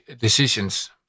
decisions